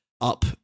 up